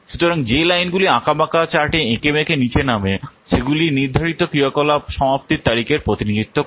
সুতরাং যে লাইনগুলি আঁকাবাঁকা চার্টে এঁকেবেঁকে নিচে নামে সেগুলি নির্ধারিত ক্রিয়াকলাপ সমাপ্তির তারিখের প্রতিনিধিত্ব করে